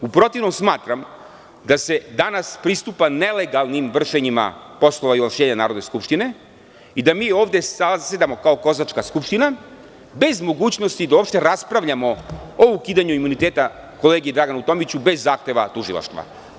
U protivnom smatram da se danas pristupa nelegalnim vršenjima poslova Narodne skupštine i da mi ovde zasedamo kao „kozačka“ skupština, bez mogućnosti da uopšte raspravljamo o ukidanju imuniteta kolegi Draganu Tomiću bez zahteva tužilaštva.